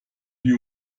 die